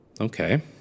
Okay